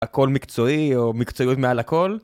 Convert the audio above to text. הכל מקצועי או מקצועיות מעל הכל